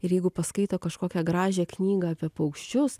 ir jeigu paskaito kažkokią gražią knygą apie paukščius